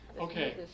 Okay